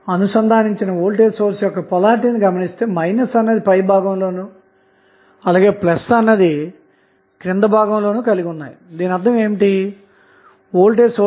అందుకోసం పవర్ ని load resistance RL తో డిఫరెన్షియేట్ చేసాము అంటే dpdRL చేసి '0' కి సమానం చేస్తే మనకు RThRL